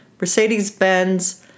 Mercedes-Benz